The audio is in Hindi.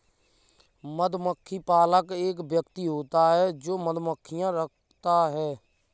मधुमक्खी पालक वह व्यक्ति होता है जो मधुमक्खियां रखता है